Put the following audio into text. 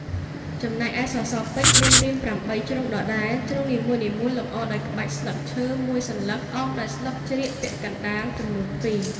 ចំណែកឯ សសរពេជ្យ មានរាង ៨ ជ្រុងដដែល ជ្រុងនីមួយៗលម្អដោយក្បាច់ស្លឹងឈើមួយសន្លឹកអមដោយស្លឹកជ្រៀកពាក់កណ្តាល់ចំនួន២។